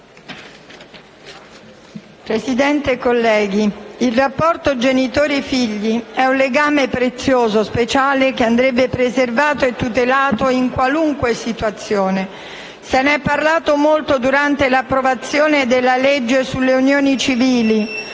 Presidente, colleghi, il rapporto genitori-figli è un legame prezioso, speciale, che andrebbe preservato e tutelato in qualunque situazione. Se ne è parlato molto durante l'approvazione del disegno di legge sulle unioni civili